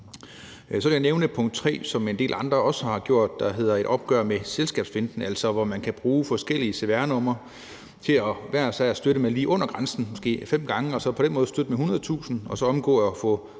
Så vil jeg nævne punkt 3, som en del andre også har gjort, og som hedder »Opgør med selskabsfinten«, hvor man kan bruge forskellige cvr-numre til hver især at støtte med beløb lige under grænsen og så gøre det 5 gange og på den måde støtte med 100.000 kr. og så undgå at få